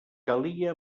calia